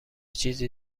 چیزی